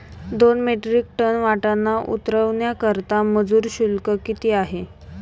दोन metric tonne वाटाणा उतरवण्याकरता मजूर शुल्क किती असेल?